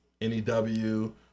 NEW